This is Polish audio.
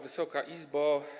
Wysoka Izbo!